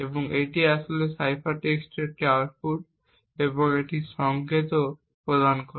এবং এটি আসলে সাইফার টেক্সটের একটি আউটপুট এবং একটি সংকেতও প্রদান করে